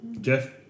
Jeff